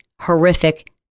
horrific